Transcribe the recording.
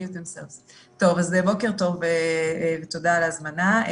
בוקר טוב ותודה על ההזמנה.